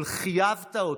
אבל חייבת אותי.